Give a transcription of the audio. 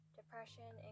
depression